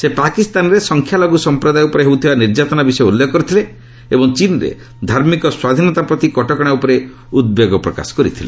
ସେ ପାକିସ୍ତାନରେ ସଂଖ୍ୟାଲଘ୍ନ ସଂପ୍ରାଦୟ ଉପରେ ହେଉଥିବା ନିର୍ଯାତନା ବିଷୟ ଉଲ୍ଲେଖ କରିଥିଲେ ଏବଂ ଚୀନ୍ରେ ଧାର୍ମିକ ସ୍ୱାଧୀନତା ପ୍ରତି କଟକଣା ଉପରେ ଉଦ୍ବେଗ ପ୍ରକାଶ କରିଥିଲେ